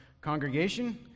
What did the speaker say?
congregation